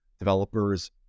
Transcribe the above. developers